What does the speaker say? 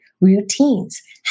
routines